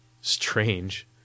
STRANGE